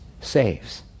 saves